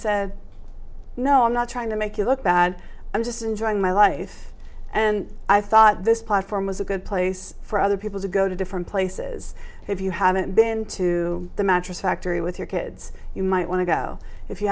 said no i'm not trying to make you look bad i'm just enjoying my life and i thought this platform was a good place for other people to go to different places if you haven't been to the mattress factory with your kids you might want to go if you